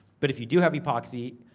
but if you do have epoxy,